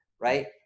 right